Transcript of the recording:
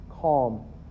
calm